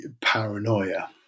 paranoia